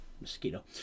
Mosquito